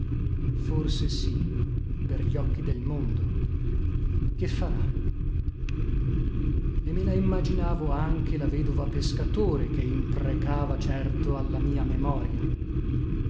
forse sì per gli occhi del mondo che farà e me la immaginavo come tante volte e tante lavevo veduta là per casa e mimmaginavo anche la vedova pescatore che imprecava certo alla mia memoria